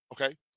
Okay